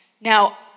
Now